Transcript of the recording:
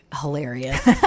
hilarious